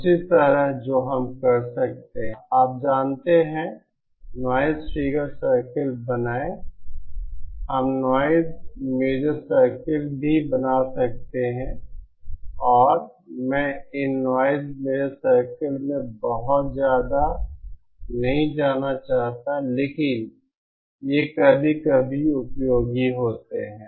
उसी तरह जो हम कर सकते हैं आप जानते हैं नॉइज़ फ़िगर सर्कल बनाएं हम नॉइज़ मेजर सर्कल भी बना सकते हैं और मैं इन नॉइज़ मेजर सर्कल में बहुत ज्यादा नहीं जाना चाहता लेकिन ये कभी कभी उपयोगी होते हैं